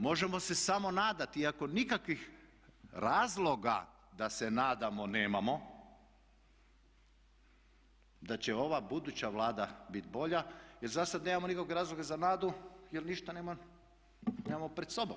Možemo se samo nadati iako nikakvih razloga da se nadamo nemamo da će ova buduća Vlada biti bolja jer za sada nemamo nikakvog razloga za Vladu jer ništa nemamo pred sobom.